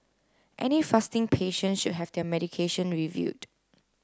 any fasting patient should have their medication reviewed